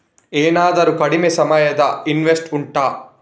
ಏನಾದರೂ ಕಡಿಮೆ ಸಮಯದ ಇನ್ವೆಸ್ಟ್ ಉಂಟಾ